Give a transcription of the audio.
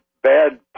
bad